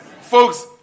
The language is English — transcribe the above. Folks